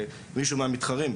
מישהו מהמתחרים,